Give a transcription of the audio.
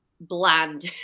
bland